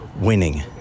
winning